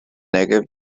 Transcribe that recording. negev